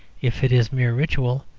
if it is mere ritual,